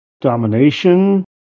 domination